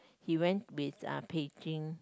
he went with uh Beijing